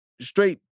straight